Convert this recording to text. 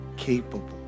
capable